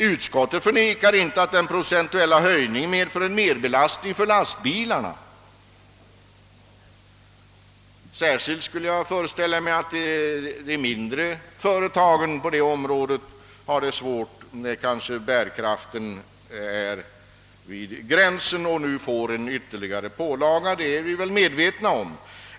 Utskottet förnekar inte att den procentuella höjningen medför en merbelastning för lastbilsägarna. Jag föreställer mig att särskilt de mindre företagen på detta område har det svårt — bärkraften ligger på gränsen, och nu blir det en ytterligare pålaga. Detta är vi väl medvetna om.